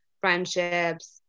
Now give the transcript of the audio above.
friendships